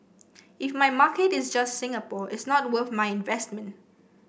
if my market is just Singapore it's not worth my investment